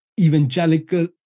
evangelical